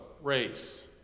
Race